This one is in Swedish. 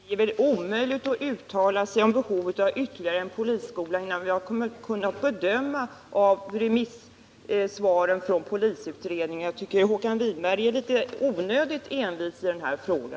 Herr talman! Det är väl omöjligt att uttala sig om behovet av ytterligare en polisskola innan vi har kunnat bedöma remissyttrandena över polisutredningens betänkande. Jag tycker att Håkan Winberg är litet onödigt envis i denna fråga.